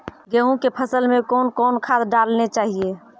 गेहूँ के फसल मे कौन कौन खाद डालने चाहिए?